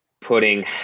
putting